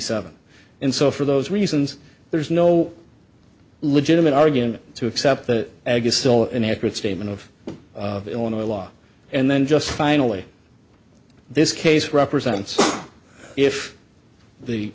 seven and so for those reasons there is no legitimate argument to accept the ag is still an accurate statement of illinois law and then just finally this case represents if the